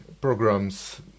programs